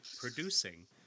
producing